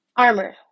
armor